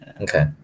Okay